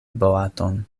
boaton